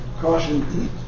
caution